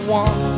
one